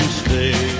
stay